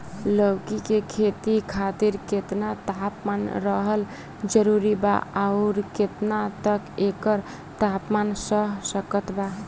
लौकी के खेती खातिर केतना तापमान रहल जरूरी बा आउर केतना तक एकर तापमान सह सकत बा?